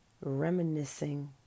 reminiscing